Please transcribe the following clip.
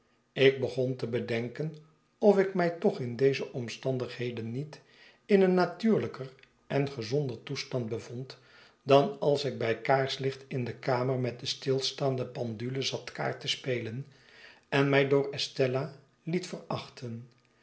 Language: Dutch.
ik begon te bedenken of ik my toch in deze omstandigheden niet in een natuurlyker en gezonder toestand bevond dan als ik bij kaarslicht in de kamer met de stilstaande penduie zat kaart te spelen en mij door estella liet verachten